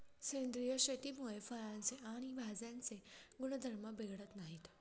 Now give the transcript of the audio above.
सेंद्रिय शेतीमुळे फळांचे आणि भाज्यांचे गुणधर्म बिघडत नाहीत